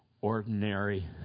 ordinary